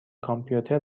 کامپیوتر